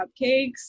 cupcakes